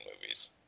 movies